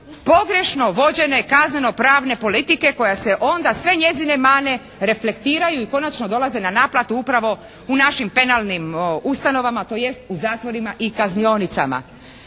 pogrešno vođene kazneno-pravne politike koja se onda, sve njezine mane reflektiraju i konačno dolaze na naplatu upravo u našim penalnim ustanovama, tj. u zatvorima i kaznionicama.